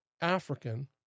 African